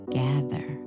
gather